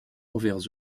envers